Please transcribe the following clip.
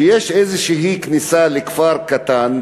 שיש איזושהי כניסה לכפר קטן,